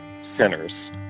sinners